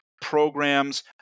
programs